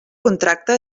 contracte